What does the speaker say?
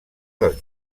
dels